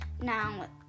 Now